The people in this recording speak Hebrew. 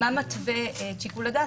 מה מתווה את שיקול הדעת,